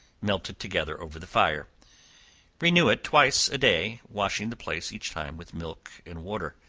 melted together over the fire renew it twice a day, washing the place each time with milk and water,